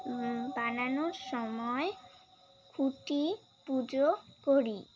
বানানোর সময় খুঁটি পুজো করি